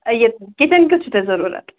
یہِ کِچِن کیُتھ چھُو تۄہہِ ضروٗرت